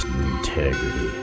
Integrity